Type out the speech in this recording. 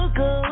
go